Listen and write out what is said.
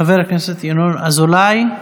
חבר הכנסת ינון אזולאי,